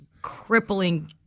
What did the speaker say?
Crippling